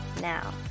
now